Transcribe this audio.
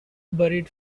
buried